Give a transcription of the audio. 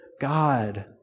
God